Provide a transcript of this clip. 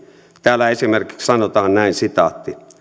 täällä esimerkiksi sanotaan näin